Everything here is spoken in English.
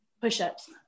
push-ups